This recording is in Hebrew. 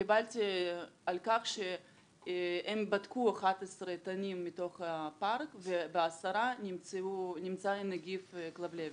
קיבלתי על כך שהם בדקו 11 תנים מתוך הפארק ובעשרה נמצא נגיף כלבלבת,